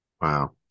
Wow